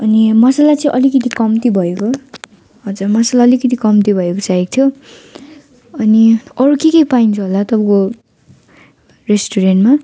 अनि मसाला चाहिँ अलिक कम्ती भएको हजुर मसाला अलिक कम्ती भएको चाहिएको थियो अनि अरू के के पाइन्छ होला तपाईँको रेस्टुरेन्टमा